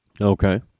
Okay